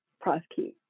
prosecute